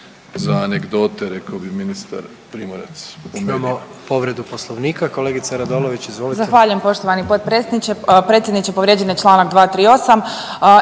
za anegdote, rekao bi ministar Primorac.